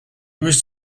was